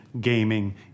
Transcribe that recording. gaming